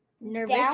nervous